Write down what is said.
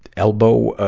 elbow, ah,